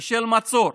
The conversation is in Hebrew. של מצור,